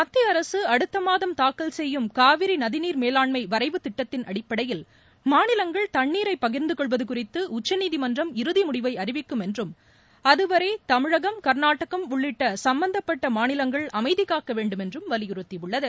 மத்திய அரசு அடுத்த மாதம் தாக்கல் செய்யும் காவிரி நதிநீர் மேலாண்மை வரைவு திட்டத்தின் அடிப்படையில் மாநிலங்கள் தண்ணீரை பகிர்ந்துகொள்வது குறித்து உச்சநீதிமன்றம் இறுதி முடிவை அறிவிக்கும் என்றும் அதுவரை தமிழகம் கர்நாடகம் உள்ளிட்ட சும்மந்தப்பட்ட மாநிலங்கள் அமைதி காக்கவேண்டும் என்றும் வலியுறுத்தியுள்ளது